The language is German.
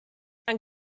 wenn